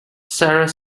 sarah